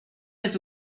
est